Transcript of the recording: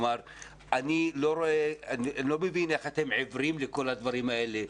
אני לא מבין איך אתם עיוורים לכל הדברים האלה.